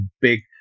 big